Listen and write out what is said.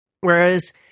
Whereas